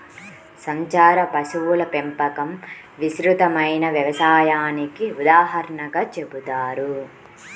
సంచార పశువుల పెంపకం విస్తృతమైన వ్యవసాయానికి ఉదాహరణగా చెబుతారు